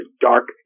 dark